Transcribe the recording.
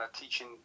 teaching